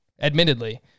admittedly